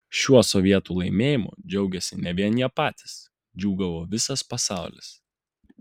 šiuo sovietų laimėjimu džiaugėsi ne vien jie patys džiūgavo visas pasaulis